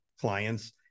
clients